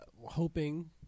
hoping –